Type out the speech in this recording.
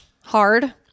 hard